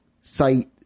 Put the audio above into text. site